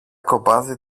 κοπάδι